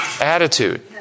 Attitude